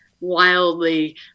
wildly